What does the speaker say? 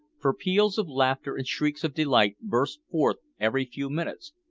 for peals of laughter and shrieks of delight burst forth every few minutes,